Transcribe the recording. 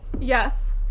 Yes